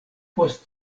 post